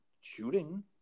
shooting